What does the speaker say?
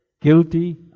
guilty